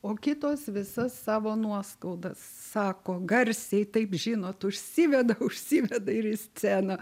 o kitos visas savo nuoskaudas sako garsiai taip žinot užsiveda užsiveda ir į sceną